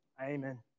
amen